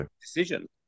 decision